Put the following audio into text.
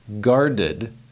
guarded